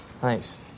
Thanks